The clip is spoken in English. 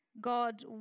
God